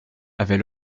avait